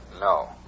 No